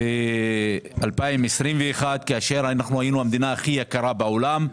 ב-2021 כאשר היינו המדינה הכי יקרה בעולם.